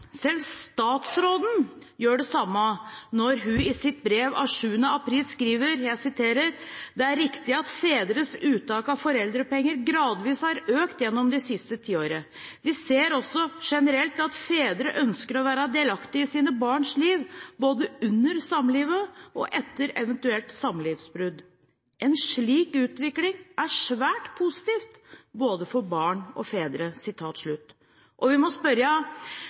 april skriver: «Det er riktig at fedres uttak av foreldrepenger gradvis er økt gjennom de siste ti år. Vi ser også generelt at fedre ønsker å være delaktig i sine barns liv, både under samlivet og etter et eventuelt samlivsbrudd. En slik utvikling er svært positiv, både for barn og fedre ...». Vi må spørre: